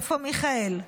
איפה מיכאל?